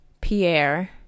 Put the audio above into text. Pierre